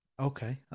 Okay